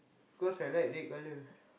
because I like red colour